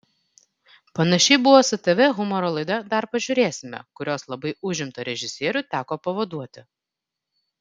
panašiai buvo su tv humoro laida dar pažiūrėsime kurios labai užimtą režisierių teko pavaduoti